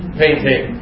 painting